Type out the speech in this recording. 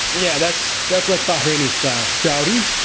yeah, that's that's like bahraini style. saudi.